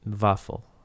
waffle